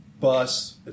Bus